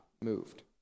moved